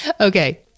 Okay